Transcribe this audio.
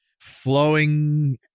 flowing